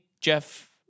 Jeff